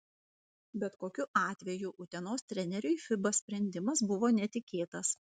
bet kokiu atveju utenos treneriui fiba sprendimas buvo netikėtas